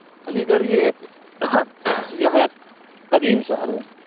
علی گڑھ یہ ایک نہایت قدیم شہر ہے